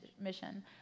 mission